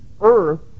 earth